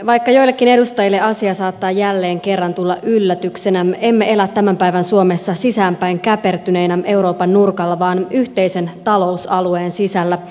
vaikka joillekin edustajille asia saattaa jälleen kerran tulla yllätyksenä emme elä tämän päivän suomessa sisäänpäin käpertyneinä euroopan nurkalla vaan yhteisen talousalueen sisällä